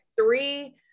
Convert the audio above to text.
three